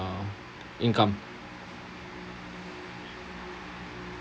income